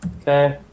Okay